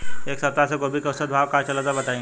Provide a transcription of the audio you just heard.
एक सप्ताह से गोभी के औसत भाव का चलत बा बताई?